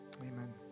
Amen